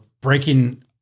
breaking